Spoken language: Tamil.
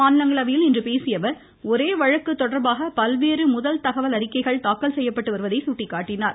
மாநிலங்களவையில் இன்று பேசிய அவர் ஒரே வழக்கு தொடர்பாக பல்வேறு முதல் குற்ற அறிக்கைகள் தாக்கல் செய்யப்பட்டு வருவதை சுட்டிக்காட்டினார்